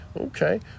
Okay